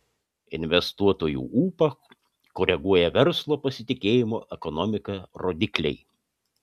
investuotojų ūpą koreguoja verslo pasitikėjimo ekonomika rodikliai